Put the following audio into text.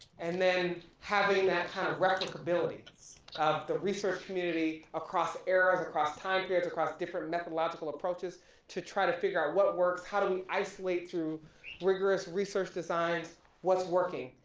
and then having that kind of replicability of the research community across eras, across time periods, across different methodological approaches to try to figure out what works, how do we isolate through rigorous research designs what's working,